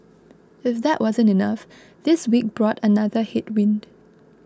if that wasn't enough this week brought another headwind